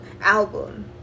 album